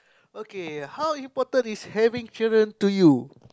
okay how important is having children to you